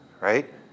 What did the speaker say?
Right